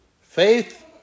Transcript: Faith